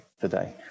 today